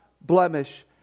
blemish